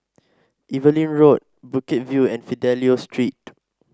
Evelyn Road Bukit View and Fidelio Street